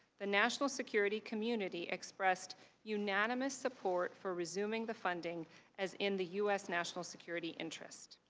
the national security community expressed unanimous support for resuming the funding as in the u s. national security interest.